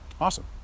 Awesome